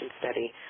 Study